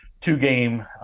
two-game